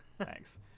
Thanks